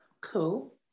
Cool